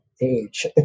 age